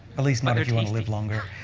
at least not if you want to live longer.